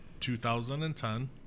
2010